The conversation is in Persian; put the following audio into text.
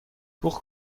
بوق